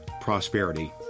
prosperity